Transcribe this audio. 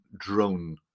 drone